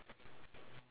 sorry